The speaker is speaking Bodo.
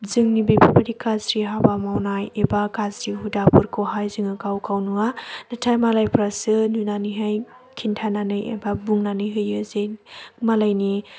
जोंनि बेफोरबायदि गाज्रि हाबा मावनाय एबा गाज्रि हुदाफोरखौहाय जोङो गावगाव नुवा नाथाय मालायफोरासो नुनानैहाय खिन्थानानै एबा बुंनानै होयो जे मालायनि